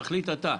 תחליט אתה.